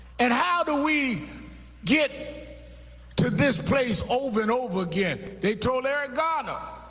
and how do we get to this place over and over again? they told eric garner,